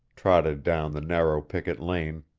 trotted down the narrow picket lane,